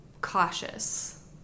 cautious